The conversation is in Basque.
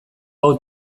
hau